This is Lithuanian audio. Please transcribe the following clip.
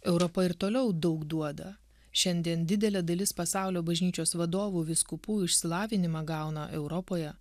europa ir toliau daug duoda šiandien didelė dalis pasaulio bažnyčios vadovų vyskupų išsilavinimą gauna europoje